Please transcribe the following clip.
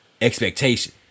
expectation